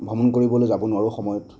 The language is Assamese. ভ্ৰমণ কৰিবলৈ যাব নোৱাৰোঁ সময়ত